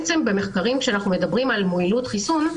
כשאנחנו מדברים על מועילות חיסון,